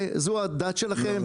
זו הדת והאג'נדה שלכם,